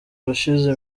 urashize